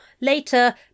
later